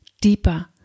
deeper